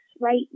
right